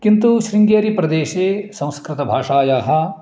किन्तु शृङ्गेरिप्रदेशे संस्कृतभाषायाः